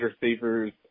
receivers